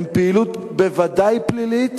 הן בוודאי פעילות פלילית,